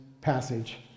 passage